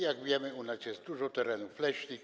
Jak wiadomo, u nas jest dużo terenów leśnych.